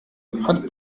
hat